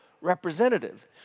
representative